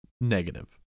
negative